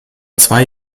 zwei